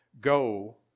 Go